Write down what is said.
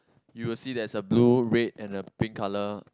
you will see there's a blue red and a pink colour